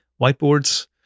whiteboards